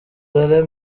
laurent